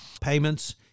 payments